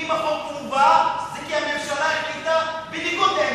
ואם החוק הובא זה כי הממשלה החליטה בניגוד לעמדתו.